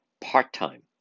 part-time